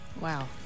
Wow